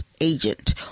agent